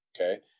okay